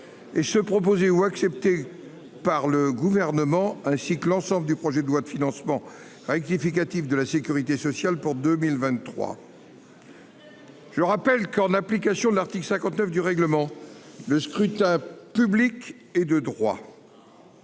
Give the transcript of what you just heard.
Et ceux proposés ou acceptés par le gouvernement ainsi que l'ensemble du projet de loi de financement rectificatif de la Sécurité sociale pour 2023. Le. Je rappelle qu'en application de l'article 59 du règlement le scrutin public et de droit.